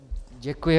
Děkuji.